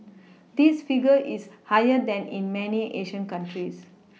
this figure is higher than in many Asian countries